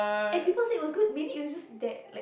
and people said it was good maybe it was just that like